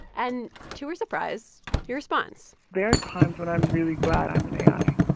and to her surprise, he responds there are times when i'm really glad i'm an ai